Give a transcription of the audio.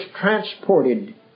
transported